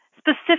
Specific